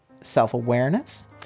self-awareness